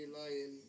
lying